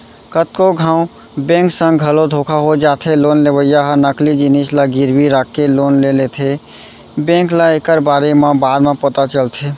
कतको घांव बेंक संग घलो धोखा हो जाथे लोन लेवइया ह नकली जिनिस ल गिरवी राखके लोन ले लेथेए बेंक ल एकर बारे म बाद म पता चलथे